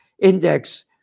index